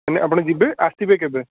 ମାନେ ଆପଣ ଯିବେ ଆସିବେ କେବେ